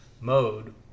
mode